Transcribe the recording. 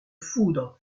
foudre